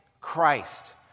Christ